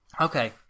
okay